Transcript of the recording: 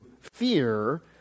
fear